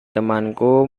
temanku